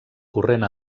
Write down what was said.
corrent